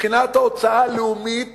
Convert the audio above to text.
מבחינת ההוצאה הלאומית